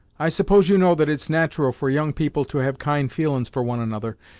i suppose you know that it's nat'ral for young people to have kind feelin's for one another,